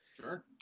Sure